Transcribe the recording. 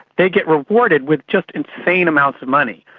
they get rewarded with just insane amounts of money.